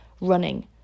running